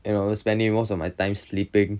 you know spending most of my time sleeping